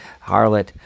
harlot